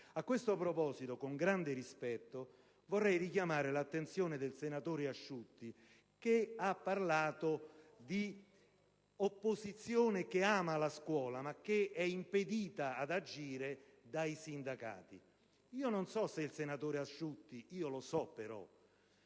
A questo proposito, con grande rispetto, vorrei richiamare l'attenzione del senatore Asciutti, che ha parlato di un'opposizione che ama la scuola ma che è impedita ad agire dai sindacati. Io non so se il senatore Asciutti sa